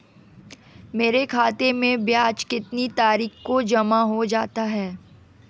मेरे खाते में ब्याज कितनी तारीख को जमा हो जाता है?